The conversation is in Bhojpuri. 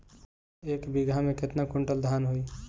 एक बीगहा में केतना कुंटल धान होई?